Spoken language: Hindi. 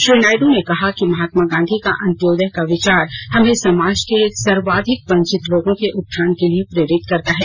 श्री नायड् ने कहा कि महात्मा गांधी का अंत्योदय का विचार हमें समाज के सर्वाधिक वंचित लोगों के उत्थान के लिए प्रेरित करता है